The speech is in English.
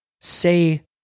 say